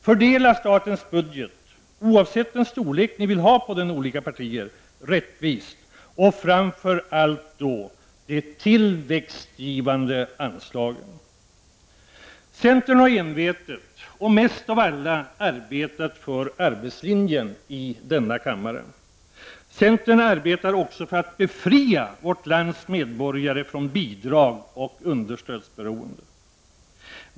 Fördela statens budget, oavsett vilken storlek man inom olika partier vill ha på den, rättvist och framför allt då de tillväxtgivande anslagen. Centern har envetet och mest av alla arbetat för arbetslinjen i denna kammare. Centern arbetar också för att befria vårt lands medborgare från bidrag och understödsberoendet.